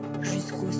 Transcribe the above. jusqu'au